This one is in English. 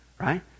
right